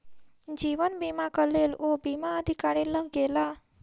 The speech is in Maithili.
जीवन बीमाक लेल ओ बीमा अधिकारी लग गेला